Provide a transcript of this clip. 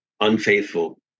unfaithful